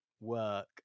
work